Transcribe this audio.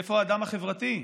איפה האדם החברתי?